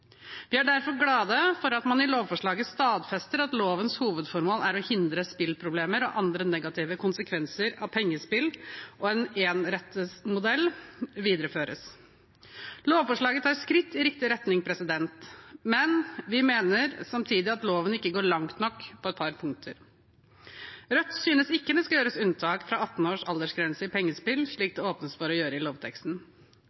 Vi er derfor glade for at man i lovforslaget stadfester at lovens hovedformål er å hindre spilleproblemer og andre negative konsekvenser av pengespill, og at en enerettsmodell videreføres. Lovforslaget tar skritt i riktig retning, men vi mener samtidig at loven ikke går langt nok på et par punkter. Rødt synes ikke det skal gjøres unntak fra 18 års aldersgrense for pengespill, slik